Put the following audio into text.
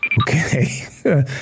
Okay